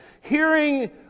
Hearing